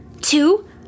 Two